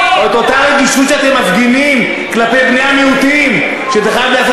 אבל למה כשאנחנו מדברים על אחינו החרדים אתם שוכחים שזה רגיש,